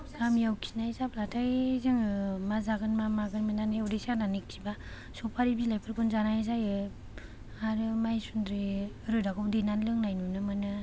गामियाव खिनाय जाब्लाथाय जोङो मा जागोन मा मागोन मोननानै उदै सानानै खिबा सफारि बिलाइफोरखौनो जानाय जायो आरो मायसुनद्रि रोदाखौ देनानै लोंनाय नुनो मोनो